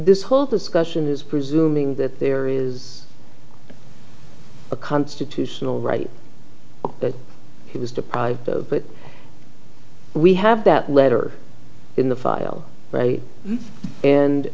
this whole discussion is presuming that there is a constitutional right that he was deprived of but we have that letter in the file